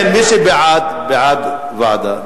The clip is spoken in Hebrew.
לכן, מי שבעד הוא בעד ועדה.